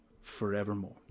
forevermore